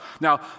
Now